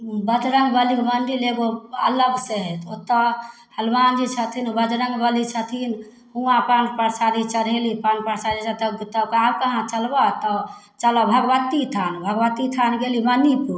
बजरङ्गबली मन्दिर एगो अलगसे हइ तऽ ओतऽ हनुमानजी छथिन बजरङ्गबली छथिन हुआँ पान परसादी चढ़ैली पान परसादी जतऽ ततऽ कहाँ कहाँ चलबऽ तऽ चलऽ भगवतीथान भगवतीथान गेली बनीपुर